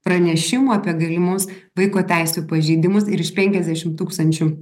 pranešimų apie galimus vaiko teisių pažeidimus ir iš penkiasdešim tūkstančių